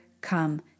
come